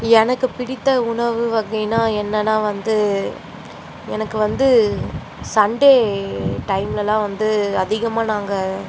எனக்கு பிடித்த உணவு வகைன்னால் என்னென்ன வந்து எனக்கு வந்து சண்டே டைம்லெலாம் வந்து அதிகமாக நாங்கள்